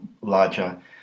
larger